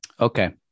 okay